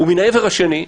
מהעבר השני,